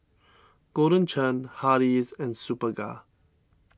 Golden Churn Hardy's and Superga